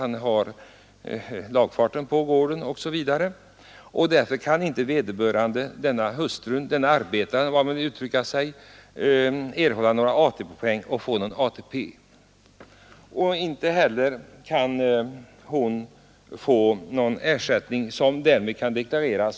Eftersom hustrun inte får någon ersättning som kan deklareras som inkomst, blir hon inte berättigad till några avdrag och hon får inte heller tillgodoräkna sig några ATP-poäng.